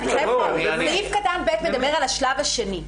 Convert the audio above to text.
סעיף (ב) מדבר על השלב השני.